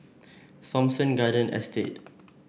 Thomson Garden Estate